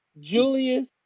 Julius